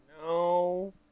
No